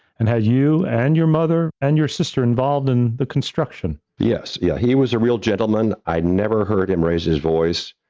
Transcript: and how you and your mother and your sister involved in the construction. yes, yeah, he was a real gentleman. i'd never heard him raise his voice.